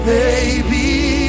baby